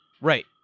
Right